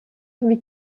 wie